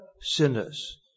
sinners